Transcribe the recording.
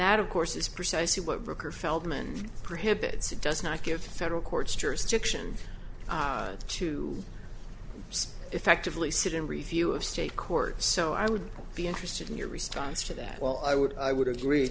that of course is precisely what rooker feldman prohibits it does not give federal courts jurisdiction to effectively sit in review of state court so i would be interested in your response to that well i would i would agree